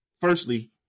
Firstly